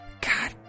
God